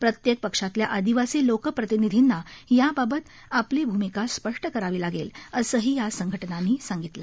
प्रत्येक पक्षातल्या आदिवासी लोकप्रतिनीधींना याबाबत आपली भूमिका स्पष्ट करावी लागेल असंही या संघटनांनी सांगितलं